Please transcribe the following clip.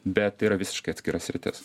bet yra visiškai atskira sritis